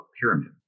pyramid